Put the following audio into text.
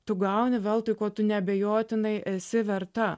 tu gauni veltui ko tu neabejotinai esi verta